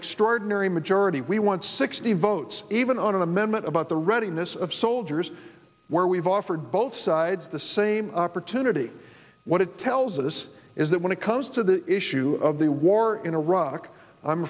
extraordinary majority we want sixty votes even on an amendment about the readiness of soldiers we've offered both sides the same opportunity what it tells us is that when it comes to the issue of the war in iraq i'm